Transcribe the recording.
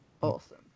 Awesome